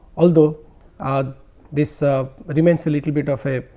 although ah this ah remains a little bit of a